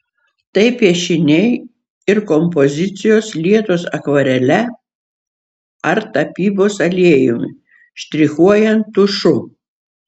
tai piešiniai ir kompozicijos lietos akvarele ar tapybos aliejumi štrichuojant tušu